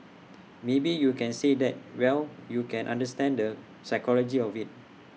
maybe you can say that well you can understand the psychology of IT